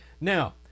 now